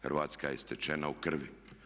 Hrvatska je stečena u krvi.